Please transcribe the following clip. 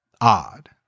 odd